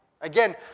Again